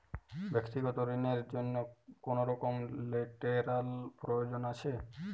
ব্যাক্তিগত ঋণ র জন্য কি কোনরকম লেটেরাল প্রয়োজন আছে?